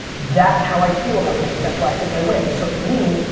that's how i feel about things, that's why i think i win. so to me,